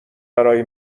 برای